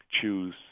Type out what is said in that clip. choose